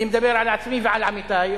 ואני מדבר על עצמי ועל עמיתי,